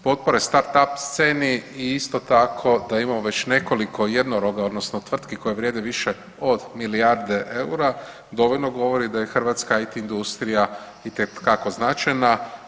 Potpore Startup sceni i isto tako da imamo već nekoliko jednoroga odnosno tvrtki koje vrijede više od milijarde eura dovoljno govori da je Hrvatska IT industrija itekako značajna.